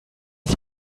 sich